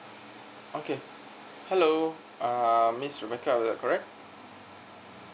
okay hello ah miss rebecca correct